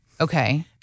okay